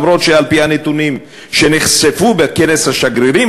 אם כי על-פי הנתונים שנחשפו בכנס השגרירים